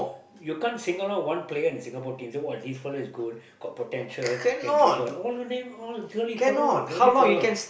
you can't single out one player in Singapore team so what this fellow is gold got potential can dribble all of them all really troll really troll